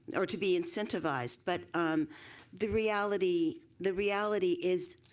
or to be incentivize, but the reality the reality is